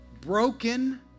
broken